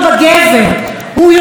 הוא מקבל סיוע,